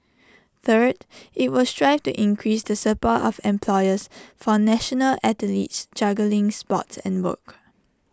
third IT will strive to increase the support of employers for national athletes juggling sports and work